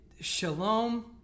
Shalom